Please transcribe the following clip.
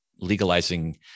legalizing